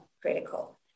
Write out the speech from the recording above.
critical